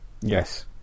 Yes